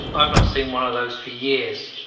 i've not seen one of those for years.